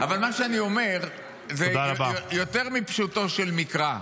אבל מה שאני אומר זה יותר מפשוטו של מקרא.